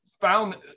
found